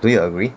do you agree